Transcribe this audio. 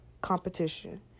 competition